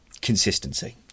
consistency